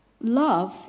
Love